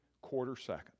quarter-second